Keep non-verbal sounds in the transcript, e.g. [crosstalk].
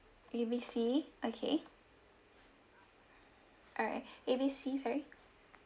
A B C okay alright [breath] A B C sorry